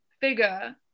figure